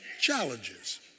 challenges